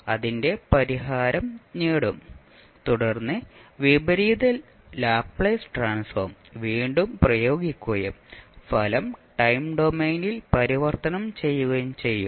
അതിന്റെ പരിഹാരം നേടും തുടർന്ന് വിപരീത ലാപ്ലേസ് ട്രാൻസ്ഫോം വീണ്ടും പ്രയോഗിക്കുകയും ഫലം ടൈം ഡൊമെയ്നിൽ പരിവർത്തനം ചെയ്യുകയും ചെയ്യും